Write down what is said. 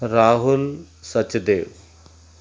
Rahul Sachdev